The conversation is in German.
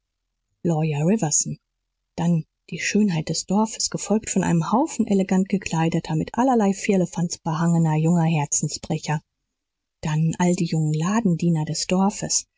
riverson dann die schönheit des dorfes gefolgt von einem haufen elegant gekleideter mit allerhand firlefanz behangener junger herzensbrecher dann all die jungen ladendiener des dorfes